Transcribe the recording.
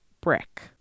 Brick